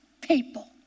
people